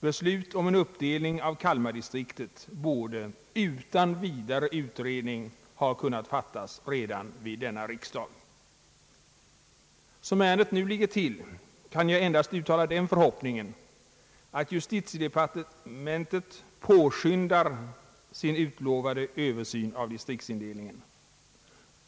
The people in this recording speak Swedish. Beslut om en uppdelning av Kalmardistriktet borde utan vidare utredning ha kunnat fattas redan vid denna riksdag. Som ärendet nu ligger till kan jag endast uttala den förhoppningen att justitiedepartementet påskyndar sin utlovade översyn av distriktsindelningen.